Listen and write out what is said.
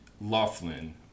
Laughlin